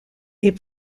est